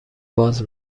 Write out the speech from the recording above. باز